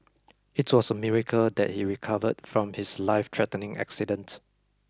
it was a miracle that he recovered from his life threatening accident